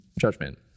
judgment